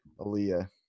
Aaliyah